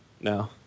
No